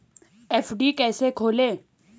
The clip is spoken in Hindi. एफ.डी कैसे खोलें?